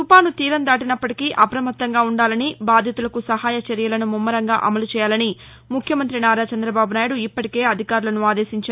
తుపాను తీరం దాటినప్పటికీ అప్రమత్తంగా ఉందాలని బాధితులకు సహాయ చర్యలను ముమ్మరంగా అమలు చేయాలని ముఖ్యమంతి నారా చంద్రబాబు నాయుడు ఇప్పటికే అధికారులను ఆదేశించారు